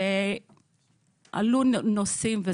ועלו נושאים.